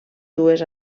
dues